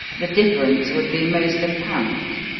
the difference would be most apparent.